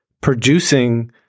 producing